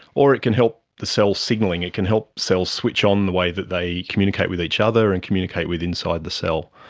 or it can help the cells signalling, it can help cells switch on the way that they communicate with each other and communicate inside the cell.